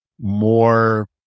more